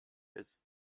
his